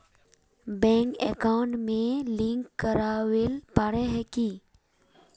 Bank account में link करावेल पारे है की?